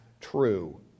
true